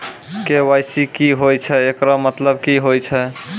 KYC की होय छै, एकरो मतलब की होय छै?